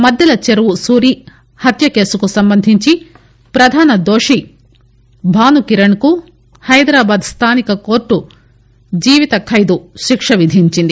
మద్దెల చెరువు సూరి హత్య కేసుకు సంబంధించి ప్రధాన దోషి భాను కిరణ్ కు హైదరాబాద్ స్థానిక కోర్టు జీవిత ఖైదు శిక్ష విధించింది